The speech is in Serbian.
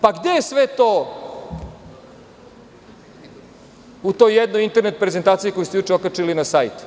Pa, gde je sve to u jednoj internet prezentaciji koju ste juče okačili na sajt?